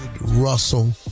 Russell